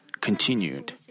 continued